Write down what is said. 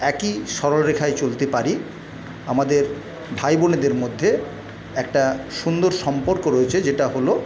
একই সরলরেখায় চলতে পারি আমাদের ভাইবোনেদের মধ্যে একটা সুন্দর সম্পর্ক রয়েছে যেটা হলো